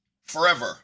forever